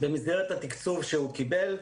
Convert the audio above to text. במסגרת התקצוב שהוא קיבל,